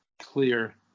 clear